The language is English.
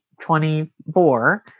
24